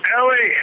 Ellie